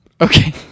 Okay